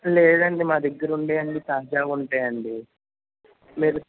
లేదండి మా దగ్గర ఉండేవి అన్ని తాజావి ఉంటాయండి మీరు